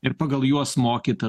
ir pagal juos mokyt